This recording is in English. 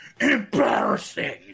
embarrassing